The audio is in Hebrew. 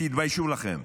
תתביישו לכם.